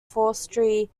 forestry